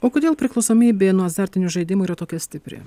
o kodėl priklausomybė nuo azartinių žaidimų yra tokia stipri